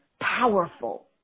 powerful